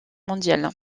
mondiale